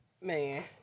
Man